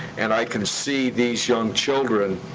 and i can see these young children,